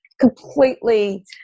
completely